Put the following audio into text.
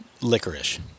licorice